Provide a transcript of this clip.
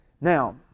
now